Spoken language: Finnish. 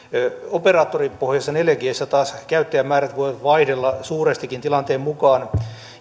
operaattoripohjaisessa neljä g ssä taas käyttäjämäärät voivat vaihdella suurestikin tilanteen mukaan